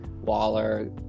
Waller